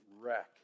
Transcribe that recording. wreck